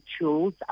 tools